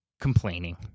complaining